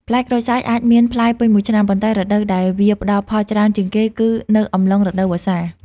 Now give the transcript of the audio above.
ផ្លែក្រូចសើចអាចមានផ្លែពេញមួយឆ្នាំ ប៉ុន្តែរដូវដែលវាផ្ដល់ផលច្រើនជាងគេគឺនៅអំឡុង រដូវវស្សា។